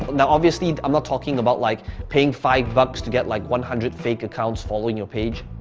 now, obviously i'm not talking about like paying five bucks to get like one hundred fake accounts following your page,